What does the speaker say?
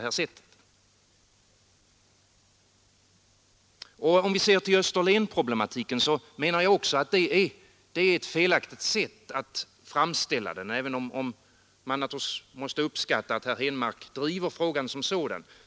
När det gäller Österlenproblematiken menar jag också att det är ett felaktigt sätt att framställa den såsom herr Henmark gör, även om man naturligtvis måste uppskatta att herr Henmark driver frågan som sådan.